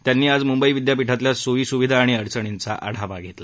त्यांनी आज म्ंबई विद्यापीठातल्या सोयी स्विधा आणि अडचणींचा आढावा घेतला